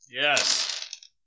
Yes